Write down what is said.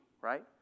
right